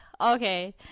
Okay